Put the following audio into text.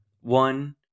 one